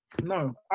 no